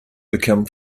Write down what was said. become